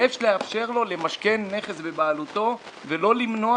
יש לאפשר לו למשכן נכס בבעלותו ולא למנוע